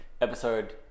episode